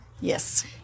Yes